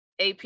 AP